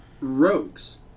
rogues